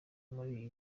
muri